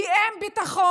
כי אין ביטחון,